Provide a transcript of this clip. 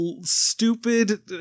stupid